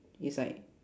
is like